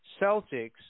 Celtics